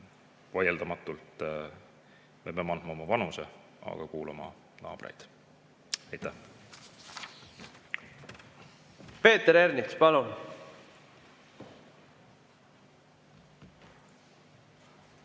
Vaieldamatult me peame andma oma panuse, aga kuulama ka naabreid. Aitäh! Peeter Ernits, palun!